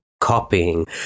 copying